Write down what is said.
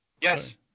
Yes